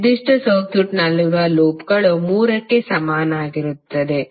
ನಿರ್ದಿಷ್ಟ ಸರ್ಕ್ಯೂಟ್ನಲ್ಲಿನ ಲೂಪ್ಗಳು 3 ಕ್ಕೆ ಸಮನಾಗಿರುತ್ತದೆ